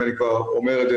אם אני כבר אומר את זה,